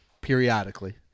periodically